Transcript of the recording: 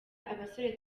abasore